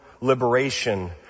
liberation